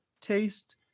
taste